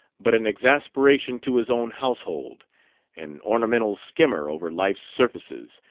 but an exasperation to his own household an ornamental skimmer over life's surfaces,